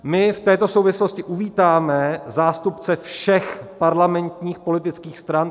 My v této souvislosti uvítáme zástupce všech parlamentních politických stran.